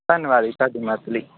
ਧੰਨਵਾਦ ਜੀ ਤੁਹਾਡੀ ਮਦਦ ਲਈ